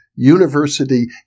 University